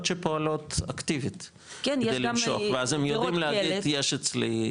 שפועלות אקטיבית כדי למשוך ואז הם יודעים להגיד יש אצלי,